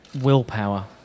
willpower